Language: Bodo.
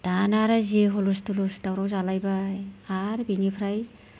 दाना आरो जि हुलुसथुलुस दावराव जालायबाय आरो बिनिफ्राय